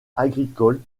agricoles